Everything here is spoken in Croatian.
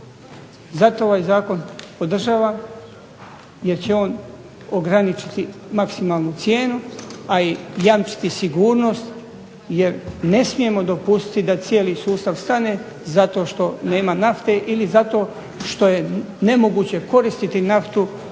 Zato ovaj zakon podržavam jer će on ograničiti maksimalnu cijenu, a i jamčiti sigurnost jer ne smijemo dopustiti da cijeli sustav stane zato što nema nafte ili zato što je nemoguće koristiti naftu